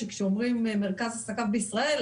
שכאשר אומרים שמרכז עסקיו בישראל,